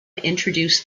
introduced